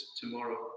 tomorrow